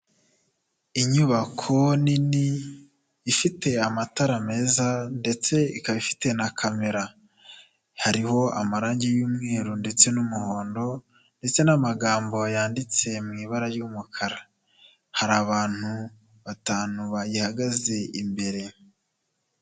Inyubako nini ifite amatara meza ndetse ikaba ifite na kamera, hariho amarangi y'umweru ndetse n'umuhondo ndetse n'amagambo yanditse mu ibara ry'umukara, hari abantu batanu bayihagaze imbere.